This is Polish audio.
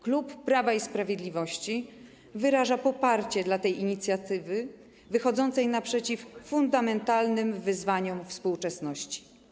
Klub Prawo i Sprawiedliwość wyraża poparcie dla tej inicjatywy, która wychodzi naprzeciw fundamentalnym wyzwaniom współczesności.